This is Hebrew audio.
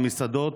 המסעדות,